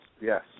Yes